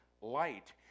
light